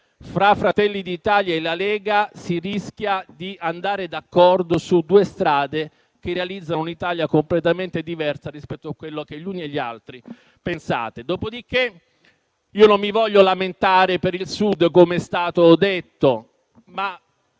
fra Fratelli d'Italia e Lega, si rischi di andare d'accordo su due strade che realizzano un'Italia completamente diversa rispetto a quello che gli uni e gli altri pensate. Dopodiché, non mi voglio lamentare per il Sud - come è stato detto -